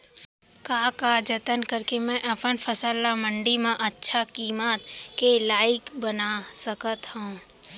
का का जतन करके मैं अपन फसल ला मण्डी मा अच्छा किम्मत के लाइक बना सकत हव?